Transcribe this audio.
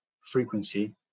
frequency